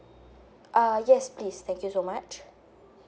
uh yes please thank you so much